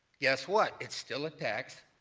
guess what? it's still a tax,